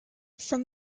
from